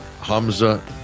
Hamza